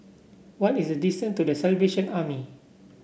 what is the distance to The Salvation Army